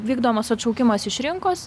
vykdomas atšaukimas iš rinkos